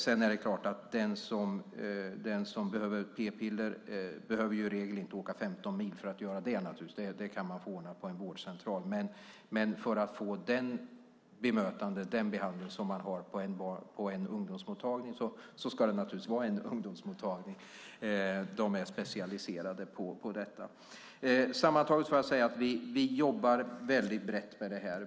Den som behöver p-piller behöver i regel inte åka 15 mil för att få det - det kan man få ordnat på en vårdcentral. Men för att få det bemötande och den behandling som finns på en ungdomsmottagning ska det naturligtvis vara en ungdomsmottagning, som är specialiserad. Sammantaget kan jag säga att vi jobbar brett med detta.